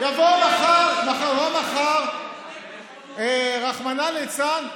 מה, יבוא מחר, רחמנא ליצלן,